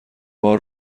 بار